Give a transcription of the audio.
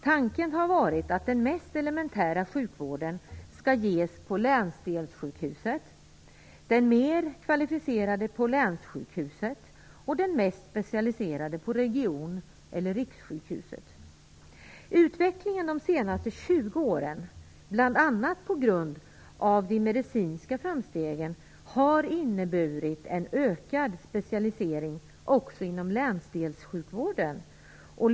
Tanken har varit att den mest elementära sjukvården skall ges på länsdelssjukhuset, den mer kvalificerade på länssjukhuset och den mest specialiserade på region eller rikssjukhuset. Utvecklingen under de senaste 20 åren har, bl.a. på grund av de medicinska framstegen, inneburit en ökad specialisering också inom länsdelssjukvården.